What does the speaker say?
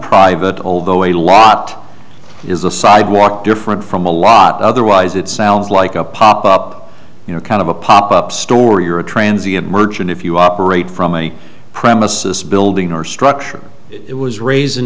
private although a lot is a sidewalk different from a lot otherwise it sounds like a pop up you know kind of a pop up store you're a transience merchant if you operate from any premises building or structure it was raised in